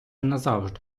назавжди